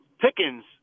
Pickens